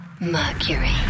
Mercury